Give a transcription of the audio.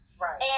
Right